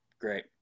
great